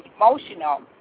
emotional